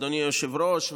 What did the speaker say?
אדוני היושב-ראש,